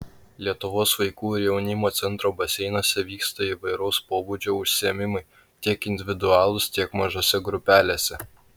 lietuvos vaikų ir jaunimo centro baseinuose vyksta įvairaus pobūdžio užsiėmimai tiek individualūs tiek mažose grupelėse